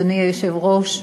אדוני היושב-ראש,